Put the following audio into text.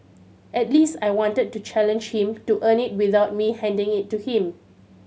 at least I wanted to challenge him to earn it without me handing it to him